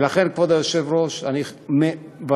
ולכן, כבוד היושב-ראש, אני מברך